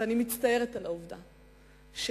ואני מצטערת על העובדה הזאת,